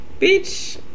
bitch